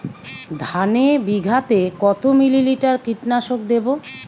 ধানে বিঘাতে কত মিলি লিটার কীটনাশক দেবো?